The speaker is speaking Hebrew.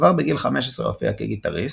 כבר בגיל 15 הופיע כגיטריסט,